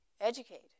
educate